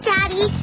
Daddy